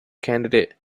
candidate